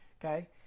okay